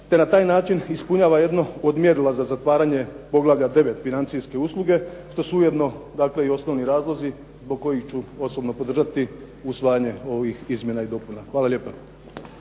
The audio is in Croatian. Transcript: te na taj način ispunjava jedno od mjerila za zatvaranje poglavlja 9. – Financijske usluge što su ujedno dakle i osnovni razlozi zbog kojih ću osobno podržati usvajanje ovih izmjena i dopuna. Hvala lijepa.